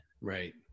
Right